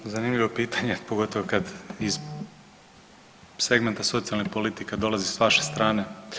Da, zanimljivo pitanje pogotovo kad iz segmenta socijalne politike dolazi s vaše strane.